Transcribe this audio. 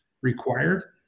required